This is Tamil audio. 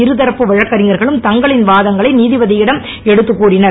இருதரப்பு வழக்கறிஞர்களும் தங்களின் வாதங்களை நீதிபதியிடம் எடுத்துக்கூறினர்